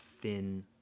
thin